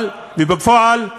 אבל בפועל,